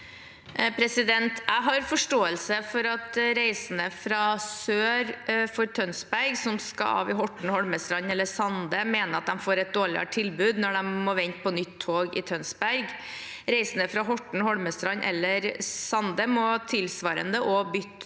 Jeg har forstå- else for at reisende fra sør for Tønsberg som skal av i Horten, Holmestrand eller Sande, mener at de får et dårligere tilbud når de må vente på nytt tog i Tønsberg. Tilsvarende må reisende fra Horten, Holmestrand eller Sande bytte